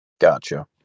Gotcha